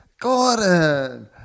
Gordon